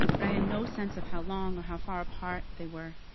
but i had no sense of how long or how far apart they were.